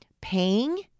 paying